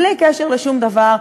בלי קשר לשום דבר,